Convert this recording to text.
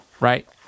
right